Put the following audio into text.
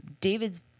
David's